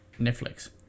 netflix